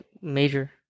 Major